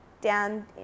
down